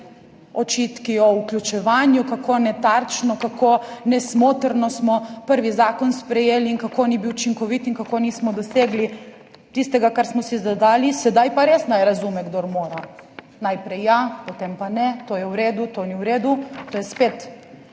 očitki o vključevanju, kako netarčno, kako nesmotrno smo prvi zakon sprejeli in kako ni bil učinkovit in kako nismo dosegli tistega, kar smo si zadali. Sedaj pa res naj razume, kdor more, najprej ja, potem pa ne, to je v redu, to ni v redu. To je spet